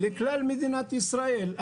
לכלל מדינת ישראל,